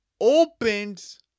opens